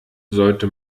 sollte